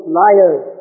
liars